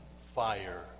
fire